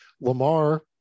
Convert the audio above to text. lamar